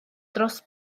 dros